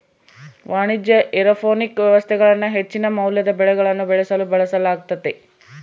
ವಾಣಿಜ್ಯ ಏರೋಪೋನಿಕ್ ವ್ಯವಸ್ಥೆಗಳನ್ನು ಹೆಚ್ಚಿನ ಮೌಲ್ಯದ ಬೆಳೆಗಳನ್ನು ಬೆಳೆಸಲು ಬಳಸಲಾಗ್ತತೆ